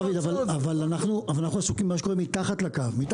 אבל אנחנו עסוקים מה שקורה מתחת לקו,